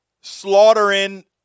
slaughtering